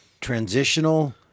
transitional